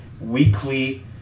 weekly